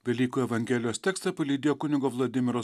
velykų evangelijos tekstą palydėjo kunigo vladimiro